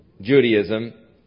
Judaism